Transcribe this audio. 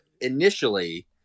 initially –